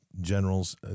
generals